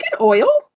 oil